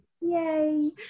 Yay